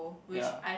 ya